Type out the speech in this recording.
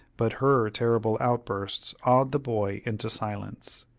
but her terrible outbursts awed the boy into silence.